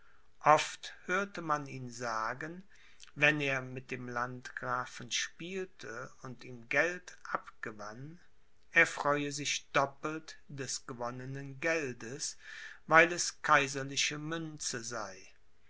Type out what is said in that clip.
oft hörte man ihn sagen wenn er mit dem landgrafen spielte und ihm geld abgewann er freue sich doppelt des gewonnenen geldes weil es kaiserliche münze sei